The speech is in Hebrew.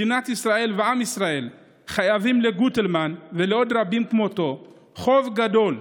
מדינת ישראל ועם ישראל חייבים לגוטלמן ולעוד רבים כמותו חוב גדול.